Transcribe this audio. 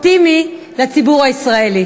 ואופטימי לציבור הישראלי.